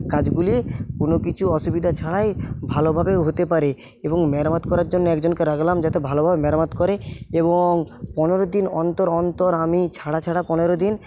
গাছগুলি কোন কিছু অসুবিধা ছাড়াই ভালোভাবে হতে পারে এবং মেরামত করার জন্য একজনকে রাখলাম যাতে ভালোভাবে মেরামত করে এবং পনেরো দিন অন্তর অন্তর আমি ছাড়া ছাড়া পনেরো দিন